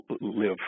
live